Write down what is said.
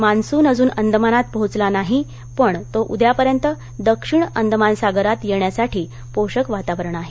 monsoon अजून अंदमानात पोहोचला नाही पण तो उद्यापर्यंत दक्षिण अंदमान सागरात येण्यासाठी पोषक वातावरण आहे